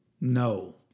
No